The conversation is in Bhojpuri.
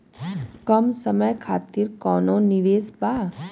कम समय खातिर कौनो निवेश बा?